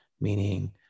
Meaning